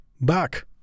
back